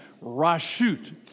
Rashut